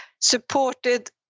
supported